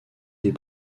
des